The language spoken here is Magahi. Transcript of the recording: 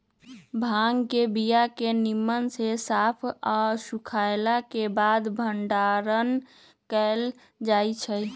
भांग के बीया के निम्मन से साफ आऽ सुखएला के बाद भंडारण कएल जाइ छइ